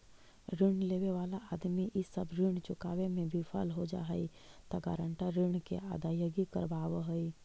ऋण लेवे वाला आदमी इ सब ऋण चुकावे में विफल हो जा हई त गारंटर ऋण के अदायगी करवावऽ हई